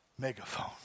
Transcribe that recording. megaphone